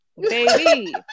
baby